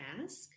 ask